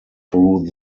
through